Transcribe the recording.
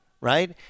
right